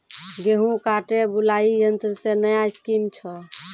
गेहूँ काटे बुलाई यंत्र से नया स्कीम छ?